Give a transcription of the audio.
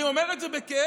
אני אומר את זה בכאב.